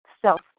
self